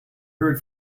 heard